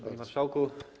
Panie Marszałku!